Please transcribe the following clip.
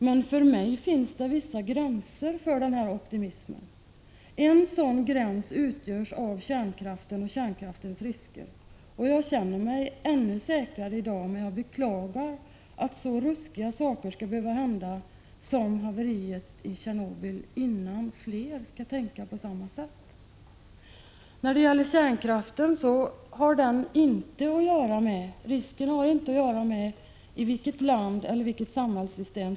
Men för mig finns det vissa gränser för optimismen. En sådan gräns ugörs av kärnkraften och kärnkraftens risker, och jag känner mig ännu säkrare i dag. Jag beklagar dock att så ruskiga saker som haveriet i Tjernobyl skulle behöva hända innan fler börjar tänka på samma sätt. Riskerna med kärnkraften har inte att göra med vilket land eller vilket samhällssystem.